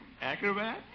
Acrobat